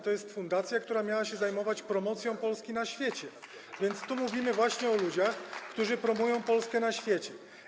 To jest fundacja, która miała się zajmować promocją Polski na świecie, a tu mówimy właśnie o ludziach, którzy promują Polskę na świecie.